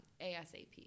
ASAP